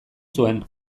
zuen